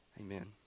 Amen